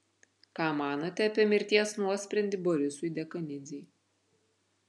ką manote apie mirties nuosprendį borisui dekanidzei